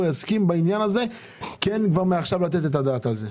יסכים בעניין הזה כבר מעכשיו לתת את הדעת על זה.